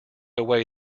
away